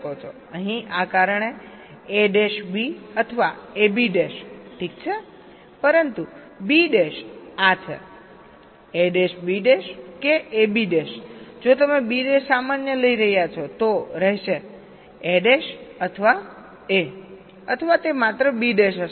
અહીં આ કારણેab અથવા ab ઠીક છે પરંતુ b આ છેab કે abજો તમે b સામાન્ય લઇરહ્યા છો તો રહેશેa અથવા a અથવા તે માત્ર b હશે